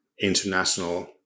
international